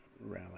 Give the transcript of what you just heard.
rally